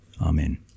Amen